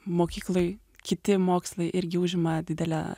mokykloj kiti mokslai irgi užima didelę